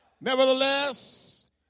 Nevertheless